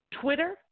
Twitter